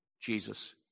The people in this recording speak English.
Jesus